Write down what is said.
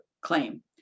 claim